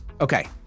Okay